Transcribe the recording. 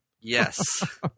yes